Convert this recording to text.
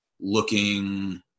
looking